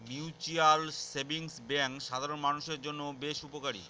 mutual savings bank সাধারন মানুষের জন্য বেশ উপকারী